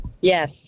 Yes